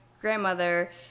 grandmother